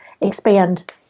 expand